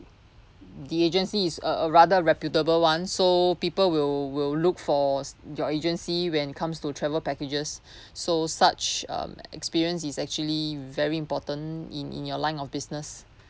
the agency is a a rather reputable one so people will will look for your agency when it comes to travel packages so such um experience is actually very important in in your line of business